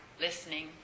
listening